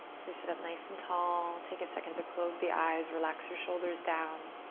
so you sit up nice and tall. take a second to close the eyes, relax your shoulders down,